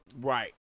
Right